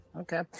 Okay